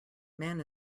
man